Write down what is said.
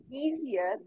easier